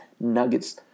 nuggets